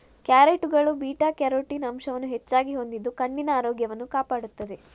ಕ್ಯಾರೆಟುಗಳು beta carotene ಅಂಶವನ್ನು ಹೆಚ್ಚಾಗಿ ಹೊಂದಿದ್ದು ಕಣ್ಣಿನ ಆರೋಗ್ಯವನ್ನು ಕಾಪಾಡುತ್ತವೆ